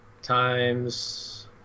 times